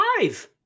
five